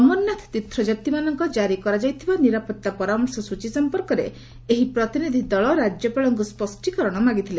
ଅମରନାଥ ତୀର୍ଥଯାତ୍ରୀମାନଙ୍କୁ ଜାରି କରାଯାଇଥିବା ନିରାପତ୍ତା ପରାମର୍ଶ ସ୍ଚା ସମ୍ପର୍କରେ ଏହି ପ୍ରତିନିଧି ଦଳ ରାଜ୍ୟପାଳଙ୍କୁ ସ୍ୱଷ୍ଟିକରଣ ମାଗିଥିଲେ